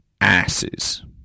Asses